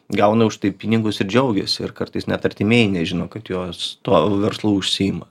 gauna už tai pinigus ir džiaugiasi ir kartais net artimieji nežino kad jos tuo verslu užsiima